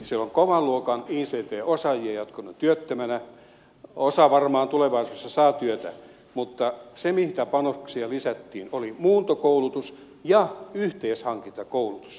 siellä on kovan luokan ict osaajia jotka ovat työttömänä osa varmaan tulevaisuudessa saa työtä mutta se mitä panoksia lisättiin oli muuntokoulutus ja yhteishankintakoulutus